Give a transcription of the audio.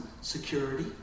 security